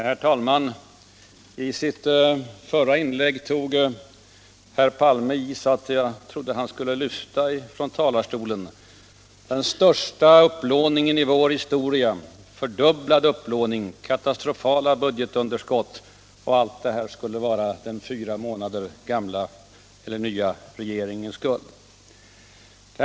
Herr talman! I sitt förra inlägg tog herr Palme i så att jag trodde att han skulle lyfta från talarstolen. ”Den största upplåningen i vår historia, fördubblad upplåning, katastrofala budgetunderskott” — och allt detta skulle vara den fyra månader gamla regeringens skuld.